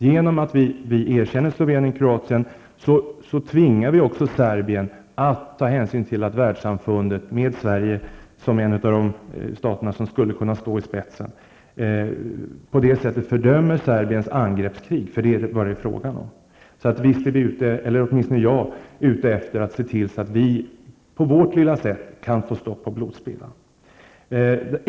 Genom att erkänna Slovenien och Kroatien tvingas Serbien att ta ställning till att Världssamfundet, med Sverige som en av staterna som skulle kunna stå i spetsen, på det sätter fördömer Serbiens angrepppskrig. Det är vad detta är fråga om. Visst är jag ute efter att Sverige på vårt lilla sätt kan få stopp på blodspillan.